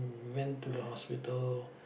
went to the hospital